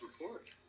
report